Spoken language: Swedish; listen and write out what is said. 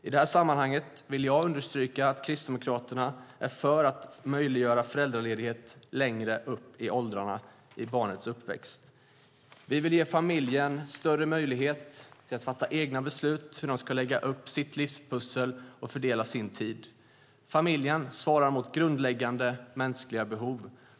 I det här sammanhanget vill jag understryka att Kristdemokraterna är för att möjliggöra föräldraledighet längre upp i åldrarna i barnets uppväxt. Vi vill ge familjen större möjlighet att fatta egna beslut om hur man ska lägga upp sitt livspussel och fördela sin tid. Familjen svarar mot grundläggande mänskliga behov.